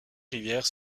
rivières